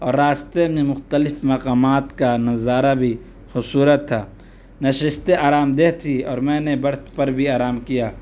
اور راستے میں مختلف مقامات کا نظارہ بھی خوبصورت تھا نشستیں آرام دہ تھی اور میں نے برتھ پر بھی آرام کیا